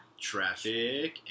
Traffic